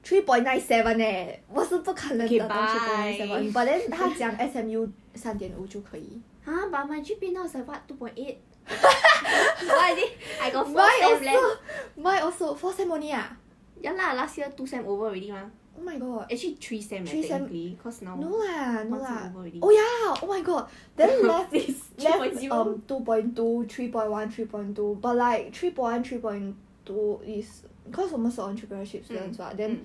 okay bye !huh! but my G_P_A now is like what two point eight I got four sem left ya lah last year two sem over already mah actually three sem technically cause now one sem over already please three point zero mm mm